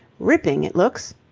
ripping, it looks!